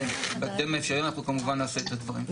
בהקדם האפשרי אנחנו כמובן נעשה את הדברים.